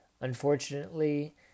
Unfortunately